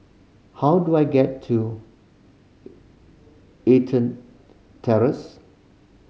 how do I get to Terrace